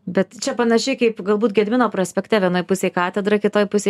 bet čia panašiai kaip galbūt gedimino prospekte vienoj pusėj katedra kitoje pusė